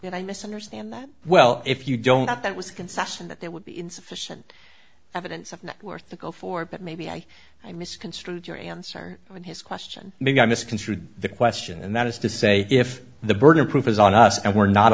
did i misunderstand that well if you don't think that was a concession that there would be insufficient evidence of worth to go for but maybe i i misconstrued your answer in his question maybe i misconstrued the question and that is to say if the burden of proof is on us and we're not